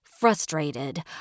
Frustrated